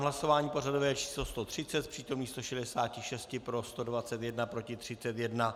Hlasování pořadové číslo 130, z přítomných 166 pro 121, proti 31.